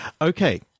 Okay